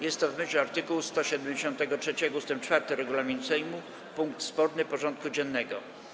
Jest to, w myśl art. 173 ust. 4 regulaminu Sejmu, punkt sporny porządku dziennego.